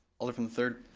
alder from the third.